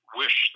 wish